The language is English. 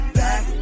back